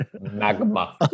magma